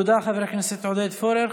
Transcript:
תודה, חבר הכנסת עודד פורר.